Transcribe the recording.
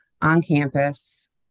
on-campus